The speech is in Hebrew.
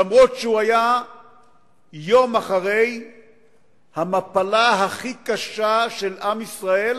למרות שהוא היה יום אחרי המפלה הכי קשה של עם ישראל